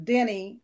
Denny